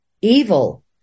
evil